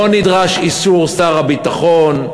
לא נדרש אישור שר הביטחון.